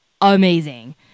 amazing